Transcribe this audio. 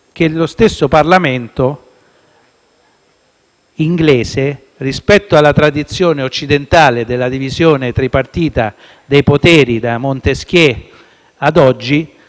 inglese, rispetto alla tradizione occidentale della divisione tripartita dei poteri da Montesquieu ad oggi, subisce una condizione